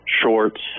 shorts